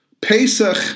Pesach